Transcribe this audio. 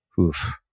Oof